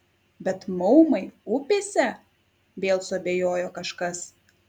bet maumai upėse vėl suabejojo kažkas